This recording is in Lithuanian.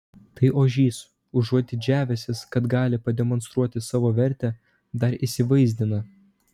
tai ožys užuot didžiavęsis kad gali pademonstruoti savo vertę dar įsivaizdina